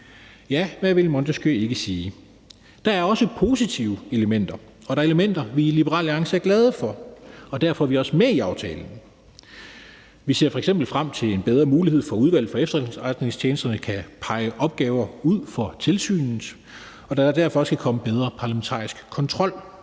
kød. Hvad ville Montesquieu ikke sige? Der er også positive elementer, og der er elementer, som vi i Liberal Alliance er glade for, og derfor er vi også med i aftalen. Vi ser f.eks. frem til en bedre mulighed for, at Udvalget vedrørende Efterretningstjenesterne kan pege opgaver ud for tilsynet, og at der derfor også kan komme bedre kontrol.